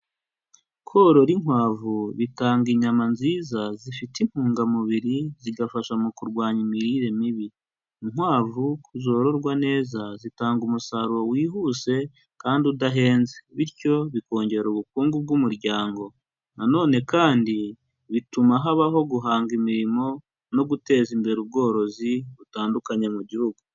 Korora inkwavu bitanga inyama nziza zifite intungamubiri zigafasha mu kurwanya imirire mibi, inkwavu zororwa neza zitanga umusaruro wihuse kandi udahenze bityo bikongera ubukungu bw'umuryango, na none kandi bituma habaho guhanga imirimo no guteza imbere ubworozi butandukanye mu gihugu.